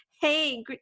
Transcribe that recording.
Hey